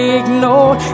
ignore